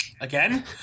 Again